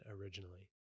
originally